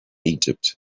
egypt